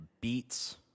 beats